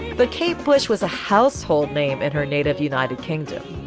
but kate bush was a household name in her native united kingdom.